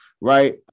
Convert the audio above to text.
right